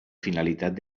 finalitat